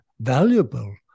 valuable